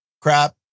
crap